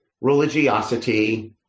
religiosity